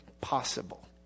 possible